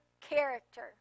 character